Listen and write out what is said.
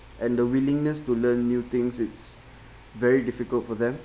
and the willingness to learn new things it's very difficult for them